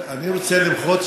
אני רוצה למחות,